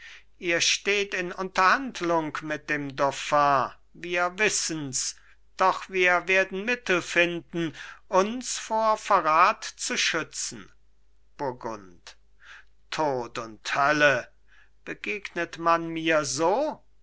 ihr steht in unterhandlung mit dem dauphin wir wissens doch wir werden mittel finden uns vor verrat zu schützen burgund tod und hölle begegnet man mir so